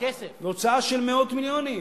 זה הוצאה של מאות מיליונים,